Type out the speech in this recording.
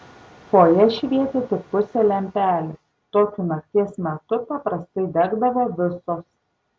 fojė švietė tik pusė lempelių tokiu nakties metu paprastai degdavo visos